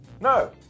No